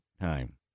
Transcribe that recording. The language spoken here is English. time